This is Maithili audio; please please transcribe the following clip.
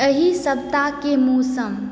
एहि सप्ताहके मौसम